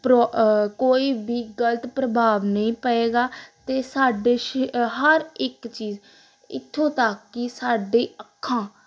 ਪਰੋ ਕੋਈ ਵੀ ਗਲਤ ਪ੍ਰਭਾਵ ਨਹੀਂ ਪਵੇਗਾ ਅਤੇ ਸਾਡੇ ਸ਼ ਹਰ ਇੱਕ ਚੀਜ਼ ਇੱਥੋਂ ਤੱਕ ਕਿ ਸਾਡੇ ਅੱਖਾਂ